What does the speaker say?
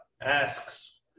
asks